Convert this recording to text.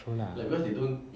true lah